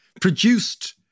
produced